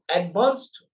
advanced